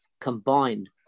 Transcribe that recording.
combined